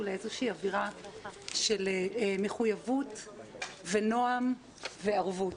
לאיזה שהיא אווירה של מחויבות ונועם וערבות,